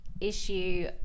issue